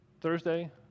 Thursday